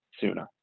sooner